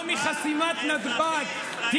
לא מחסימת נתב"ג.